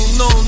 no